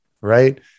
right